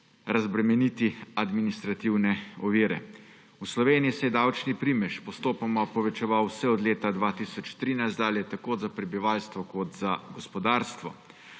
razbremeniti administrativne ovire. V Sloveniji se je davčni primež postopoma povečeval vse od leta 2013 dalje tako za prebivalstvo kot za gospodarstvo.